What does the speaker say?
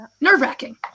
nerve-wracking